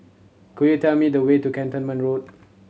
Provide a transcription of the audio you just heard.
could you tell me the way to Cantonment Road